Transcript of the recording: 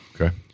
Okay